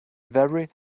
very